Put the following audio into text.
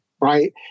right